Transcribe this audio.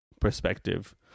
perspective